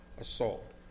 assault